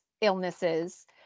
illnesses